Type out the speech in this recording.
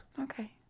Okay